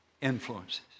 influences